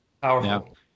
Powerful